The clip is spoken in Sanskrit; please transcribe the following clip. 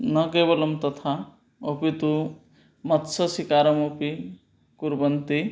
न केवलं तथा अपि तु मत्स्य सिकारमपि कुर्वन्ति